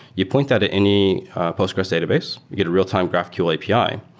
you point that to any postgres database, you get a real-time graphql api.